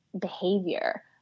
behavior –